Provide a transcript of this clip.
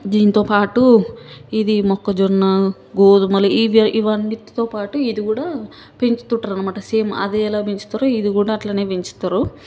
దీనితో పాటు ఇది మొక్కజొన్న గోధుమలు ఇది ఇవన్నిటితో పాటు ఇది కూడా పెంచుతుంటారన్నమాట సేమ్ అది ఎలా పెంచుతారో ఇదీ కూడా అట్లనే పెంచుతారు